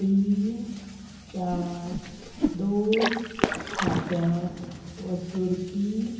तीन चार दोन खात्यांत वसुरकी